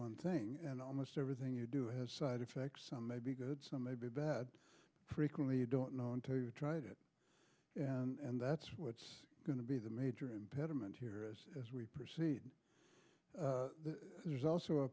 one thing and almost everything you do has side effects some may be good some may be bad frequently you don't know until you try to and that's what's going to be the major impediment here as as we proceed there's also a